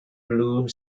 blue